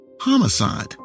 homicide